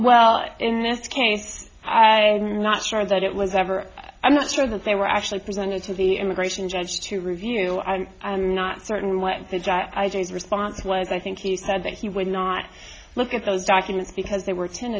well in this case and i'm not sure that it was ever i'm not sure that they were actually presented to the immigration judge to review and i'm not certain what did i do his response was i think he said that he would not look at those documents because there were ten